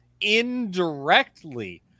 indirectly